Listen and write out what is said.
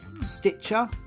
Stitcher